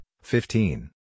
fifteen